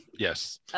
Yes